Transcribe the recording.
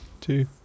two